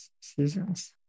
seasons